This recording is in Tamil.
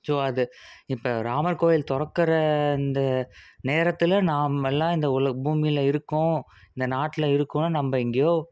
ஸோ அது இப்போ ராமர் கோயில் திறக்கற இந்த நேரத்தில் நாமெல்லாம் இந்த உல பூமியில் இருக்கோம் இந்த நாட்டில் இருக்கோன்னு நம்ம எங்கேயோ